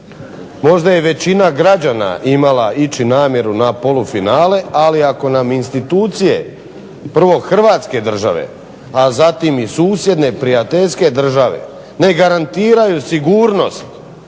možda je i većina građana imala ići namjeru na polufinale ali ako nam institucije prvo Hrvatske države, a zatim i susjedne prijateljske države ne garantiraju sigurnost